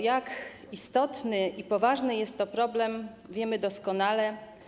Jak istotny i poważny jest to problem, wiemy doskonale.